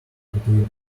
between